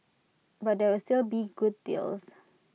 but there will still be good deals